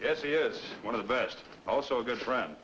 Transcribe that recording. yes here's one of the best also a good friend